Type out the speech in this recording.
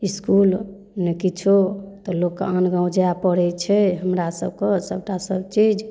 इसकुल ने किछो तऽ लोकके आन गाँव जाइ पड़ै छै हमरा सभके सभटा सभचीज